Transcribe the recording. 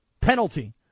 penalty